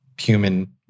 human